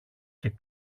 και